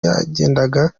yagendaga